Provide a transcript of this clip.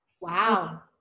Wow